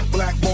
Black